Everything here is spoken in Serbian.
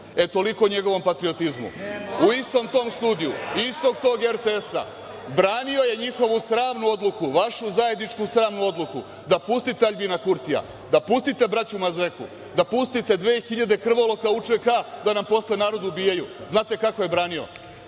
Toliko o njegovom patriotizmu.U istom tom studiju istog toga RTS branio je njihovu sramnu odluku, vašu zajedničku sramnu odluku da pustite Aljbina Kurtija, da pustite braću Mazehu, da pustite dve hiljade krvoloka UČK da nam posle narod ubijaju, znate kako je branio?